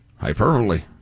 hyperbole